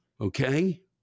okay